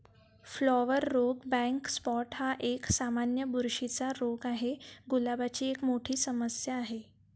flower रोग black spot हा एक, सामान्य बुरशीचा रोग आहे, गुलाबाची एक मोठी समस्या आहे